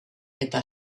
eta